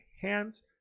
hands